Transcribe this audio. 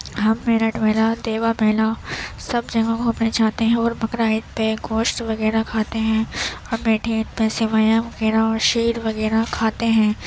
ہم میرٹھ میلا دیوا میلا سب جگہوں پہ جاتے ہیں اور بقرعید پہ گوشت وغیرہ کھاتے ہیں اور میٹھی عید پہ سویاں وغیرہ اور شیر وغیرہ کھاتے ہیں